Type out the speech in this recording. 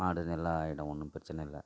மாடு நல்லா ஆகிடும் ஒன்னும் பிரச்சனை இல்லை